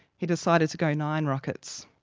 he decided to go nine rockets.